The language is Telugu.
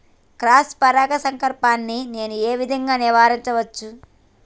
క్రాస్ పరాగ సంపర్కాన్ని నేను ఏ విధంగా నివారించచ్చు?